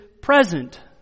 present